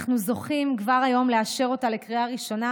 אנחנו זוכים כבר היום לאשר אותה בקריאה ראשונה,